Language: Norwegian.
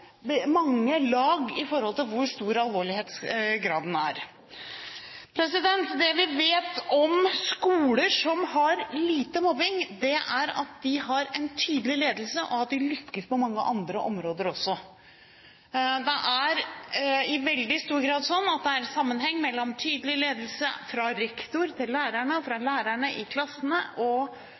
mange lag når det gjelder hvor stor alvorlighetsgraden er. Det vi vet om skoler som har lite mobbing, er at de har en tydelig ledelse, og at de lykkes på mange andre områder også. Det er i veldig stor grad slik at det er sammenheng mellom en tydelig ledelse, fra rektor til lærere, fra lærerne i klassene, hvor det er systemer og